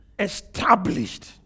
Established